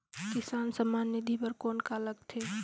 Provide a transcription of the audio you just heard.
किसान सम्मान निधि बर कौन का लगथे?